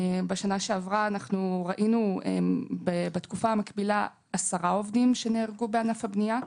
בתקופה המקבילה בשנה שעברה ראינו עשרה עובדים שנהרגו בענף הבנייה.